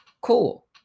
cool